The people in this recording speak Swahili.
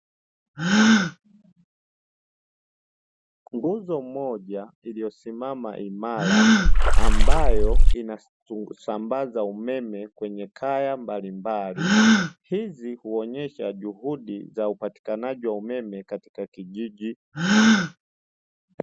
Nguzo moja iliyosimama imara ambayo inasambaza umeme kwenye kaya mbalimbali, hizi huonesha juhudi za upatikanaji wa umeme katika kijiji.